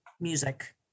music